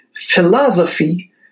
philosophy